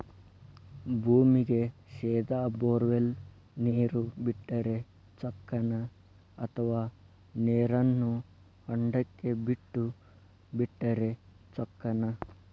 ಭೂಮಿಗೆ ಸೇದಾ ಬೊರ್ವೆಲ್ ನೇರು ಬಿಟ್ಟರೆ ಚೊಕ್ಕನ ಅಥವಾ ನೇರನ್ನು ಹೊಂಡಕ್ಕೆ ಬಿಟ್ಟು ಬಿಟ್ಟರೆ ಚೊಕ್ಕನ?